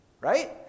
Right